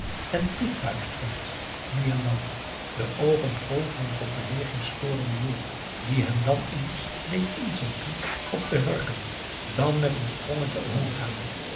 en toefluisterend nu en dan de oogen vol van een tot beweging sporenden jool die hen dan eens deed inzinken op de hurken dan met een sprongetje omhoog gaan